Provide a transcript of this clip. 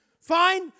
Fine